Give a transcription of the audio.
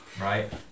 right